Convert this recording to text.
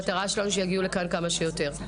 המטרה שלנו היא שיגיעו לכאן כמה שיותר.